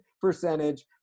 percentage